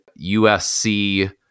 USC